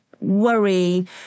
worry